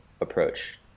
approach